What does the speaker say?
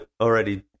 already